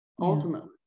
ultimately